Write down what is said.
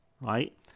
right